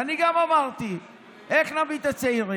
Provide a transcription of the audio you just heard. ואני גם אמרתי: איך נביא את הצעירים?